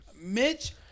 Mitch